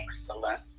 excellent